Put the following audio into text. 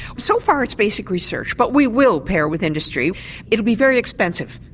so far it's basic research, but we will pair with industry it will be very expensive,